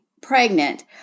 pregnant